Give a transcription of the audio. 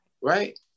right